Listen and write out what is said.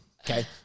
okay